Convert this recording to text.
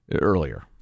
earlier